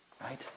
Right